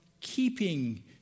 keeping